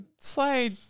slide